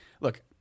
Look